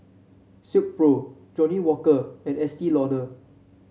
Silkpro Johnnie Walker and Estee Lauder